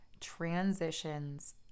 transitions